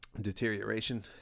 deterioration